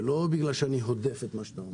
ולא בגלל שאני הודף את מה שאתה אומר.